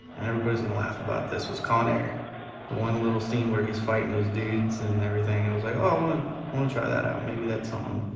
and everybody's gonna laugh about this, was con air. the one little scene where he's fighting those dudes and everything, i was like, oh, i want to, i want to try that out. maybe that's um